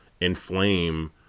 inflame